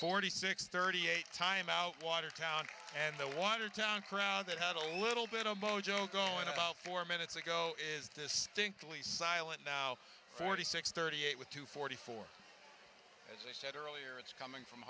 forty six thirty eight time out watertown and the watertown crowd that had a little bit of mojo going on about four minutes ago is this really silent forty six thirty eight with two forty four as i said earlier it's coming from